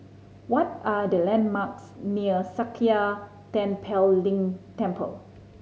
what are the landmarks near Sakya Tenphel Ling Temple